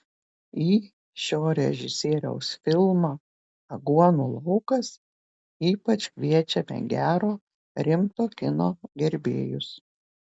į šio režisieriaus filmą aguonų laukas ypač kviečiame gero rimto kino gerbėjus